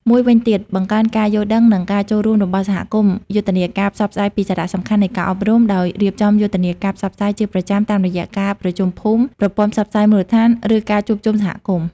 មួយវិញទៀតបង្កើនការយល់ដឹង និងការចូលរួមរបស់សហគមន៍ យុទ្ធនាការផ្សព្វផ្សាយពីសារៈសំខាន់នៃការអប់រំ ដោយ រៀបចំយុទ្ធនាការផ្សព្វផ្សាយជាប្រចាំតាមរយៈការប្រជុំភូមិ ប្រព័ន្ធផ្សព្វផ្សាយមូលដ្ឋាន ឬការជួបជុំសហគមន៍ ។